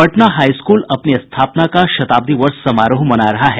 Patna high school अपनी स्थापना का शताब्दी वर्ष समारोह मना रहा है